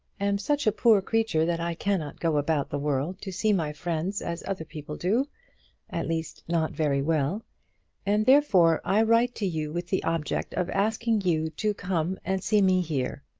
am such a poor creature that i cannot go about the world to see my friends as other people do at least, not very well and therefore i write to you with the object of asking you to come and see me here.